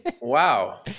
Wow